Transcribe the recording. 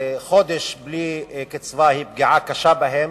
חודש בלי קצבה הוא פגיעה קשה בהם,